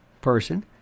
person